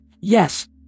Yes